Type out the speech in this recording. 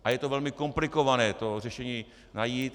A je to velmi komplikované to řešení najít.